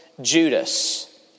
Judas